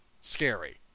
scary